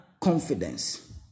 confidence